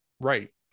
right